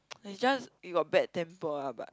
it's just he got bad temper ah but